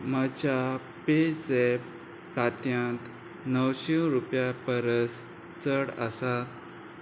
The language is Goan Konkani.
म्हज्या पेझॅप खात्यांत णवशी रुपया परस चड आसा